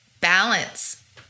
balance